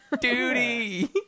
Duty